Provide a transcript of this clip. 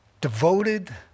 Devoted